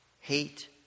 hate